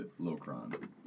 Locron